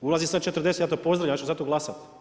Ulazi sada 40, ja to pozdravljam, ja ću za to glasati.